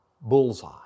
bullseye